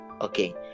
Okay